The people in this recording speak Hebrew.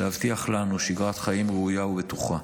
להבטיח לנו שגרת חיים ראויה ובטוחה.